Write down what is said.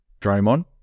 Draymond